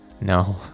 No